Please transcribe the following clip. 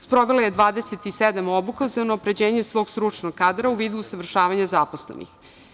Sprovela je 27 obuka za unapređenje svog stručnog kadra u vidu usavršavanja zaposlenih.